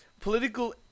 political